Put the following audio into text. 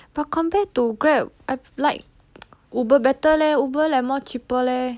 but compare to grab I like uber better leh uber like more cheaper leh